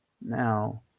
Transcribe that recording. Now